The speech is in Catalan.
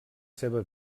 seva